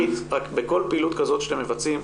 בכל פעילות כזאת שאתם מבצעים,